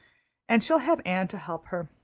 and she'll have anne to help her.